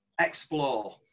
explore